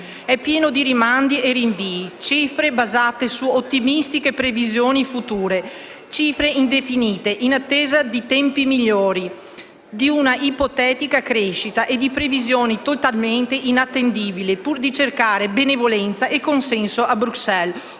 è pieno di rimandi e rinvii, cifre basate su ottimistiche previsioni future; cifre indefinite in attesa di tempi migliori e di una ipotetica crescita e previsioni totalmente inattendibili, pur di cercare benevolenza e consensi a Bruxelles